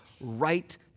right